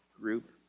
group